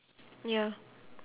ya